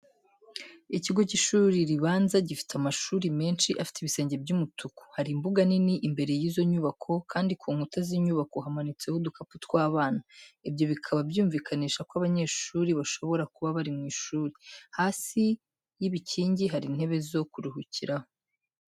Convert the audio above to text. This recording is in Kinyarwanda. Ikigo cy'ishuri ribanza gifite amahuri menshi afite ibisenge by'umutuku, hari imbuga nini imbere y'izo nyubako, kandi ku nkuta z'inyubako hamanitseho udukapu tw'abana, ibyo bikaba byumvikanisha ko abanyeshuri bashobora kuba bari mu ishuri. Hasi y'ibikingi hari intebe zo kuruhukiraho.